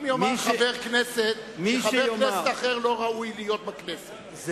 אם יאמר חבר כנסת שחבר כנסת אחר לא ראוי להיות בכנסת,